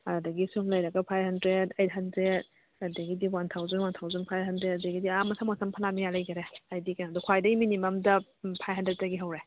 ꯑꯗꯒꯤ ꯁꯨꯝ ꯂꯩꯔꯒ ꯐꯥꯏꯚ ꯍꯟꯗ꯭ꯔꯦꯗ ꯑꯩꯠ ꯍꯟꯗ꯭ꯔꯦꯗ ꯑꯗꯒꯤꯗꯤ one thousand one thousand five hundred ꯑꯗꯒꯤꯗꯤ ꯑꯥ ꯃꯊꯪ ꯃꯊꯪ ꯐꯅꯥꯝ ꯌꯥꯝ ꯂꯩꯒꯔꯦ ꯍꯥꯏꯗꯤ ꯀꯩꯅꯣꯗꯣ ꯈ꯭ꯋꯥꯏꯗꯒꯤ ꯃꯤꯅꯤꯃꯝꯗ ꯐꯥꯏꯚ ꯍꯟꯗ꯭ꯔꯦꯗꯇꯒꯤ ꯍꯧꯔꯦ